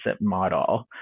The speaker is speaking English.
model